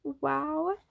wow